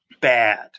bad